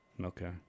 Okay